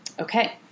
okay